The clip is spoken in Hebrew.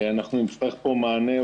אנחנו נצטרך פה מענה.